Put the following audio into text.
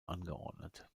angeordnet